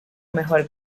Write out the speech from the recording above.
mejor